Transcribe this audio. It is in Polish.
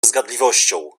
zgadliwością